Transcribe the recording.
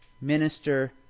Minister